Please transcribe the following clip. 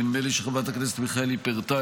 ונדמה לי שחברת הכנסת מיכאלי פירטה